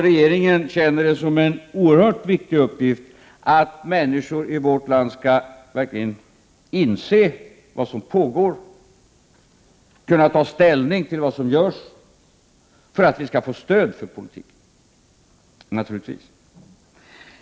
Regeringen känner att det är en oerhört viktig uppgift att informera människor i vårt land så att de verkligen inser vad som pågår, så att de skall kunna ta ställning till vad som görs och för att vi skall få stöd för vår politik.